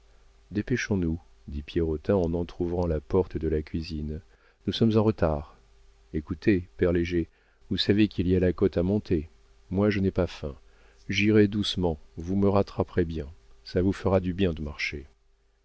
dépêchons-nous dit pierrotin en entr'ouvrant la porte de la cuisine nous sommes en retard écoutez père léger vous savez qu'il y a la côte à monter moi je n'ai pas faim j'irai doucement vous me rattraperez bien ça vous fera du bien de marcher